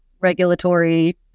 regulatory